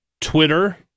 Twitter